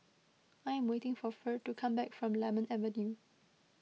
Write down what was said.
I am waiting for Ferd to come back from Lemon Avenue